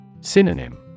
Synonym